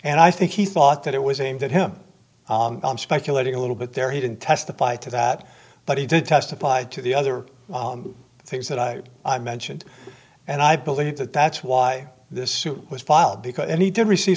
and i think he thought that it was aimed at him i'm speculating a little bit there he didn't testify to that but he did testify to the other things that i mentioned and i believe that that's why this suit was filed because any did receive